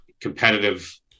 competitive